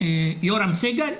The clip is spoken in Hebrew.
ליורם סגל,